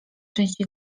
części